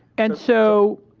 and so.